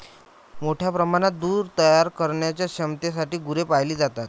मोठ्या प्रमाणात दूध तयार करण्याच्या क्षमतेसाठी गुरे पाळली जातात